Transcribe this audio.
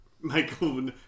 Michael